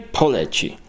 poleci